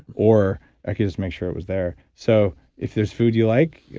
or i could just make sure it was there so if there's food you like,